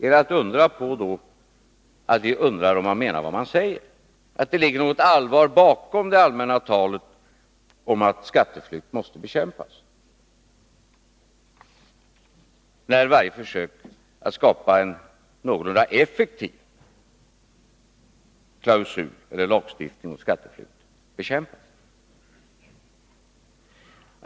Är det inte naturligt att vi undrar om man menar vad man säger, om det ligger något allvar bakom det allmänna talet om att skatteflykt måste bekämpas, när varje försök att skapa en någorlunda effektiv klausul eller lagstiftning mot skatteflykt bekämpas?